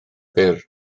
byr